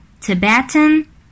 Tibetan